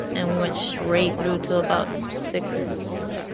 and we went straight through till about six,